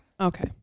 Okay